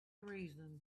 reason